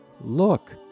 look